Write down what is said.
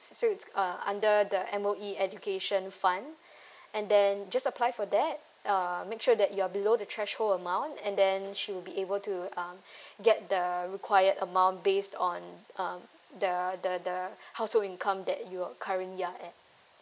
so it's uh under the M_O_E education fund and then just apply for that uh make sure that you're below the threshold amount and then she will be able to um get the required amount based on um the the the household income that you're current ya at